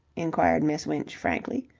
inquired miss winch frankly,